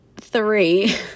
three